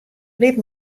lit